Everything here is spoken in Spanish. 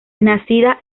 nacida